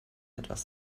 etwas